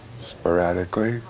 sporadically